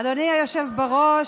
אדוני היושב-ראש,